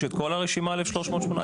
את כל הרשימה של ה-1,318 ליקווידטורים?